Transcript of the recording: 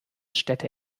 städte